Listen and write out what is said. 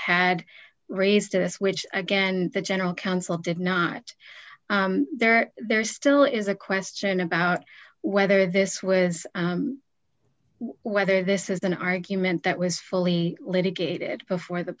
had raised this which again the general counsel did not there there still is a question about whether this was whether this is an argument that was fully litigated before the